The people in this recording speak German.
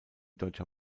deutscher